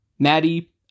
Maddie